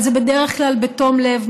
אבל זה בדרך כלל בתום לב,